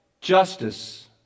justice